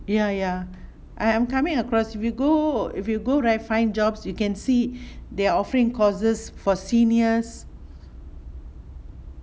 ya ya I'm I'm coming across if you go if you go right find jobs you can see they offering courses for seniors